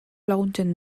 laguntzen